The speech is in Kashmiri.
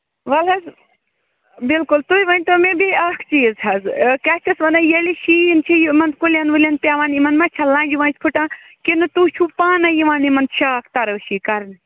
وَلہٕ حظ بِلکُل تُہۍ ؤنۍتو مےٚ بیٚیہِ اکھ چیٖز حظ کیٛاہ چھِ اَتھ وَنان ییٚلہِ شیٖن چھُ یِمن کُلیٚن وُلیٚن پیٚوان یِمن ما چھےٚ لَنٛجہِ وَنٛجہِ پھُٹان کِنہٕ تُہۍ چھِو پانَے یِوان یِمن شَاخ تَرٛٲشی کرنہِ